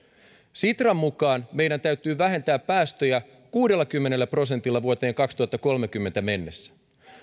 sitran mukaan meidän täytyy vähentää päästöjä kuudellakymmenellä prosentilla vuoteen kaksituhattakolmekymmentä mennessä